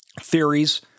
theories